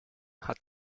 hat